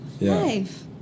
life